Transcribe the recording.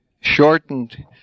shortened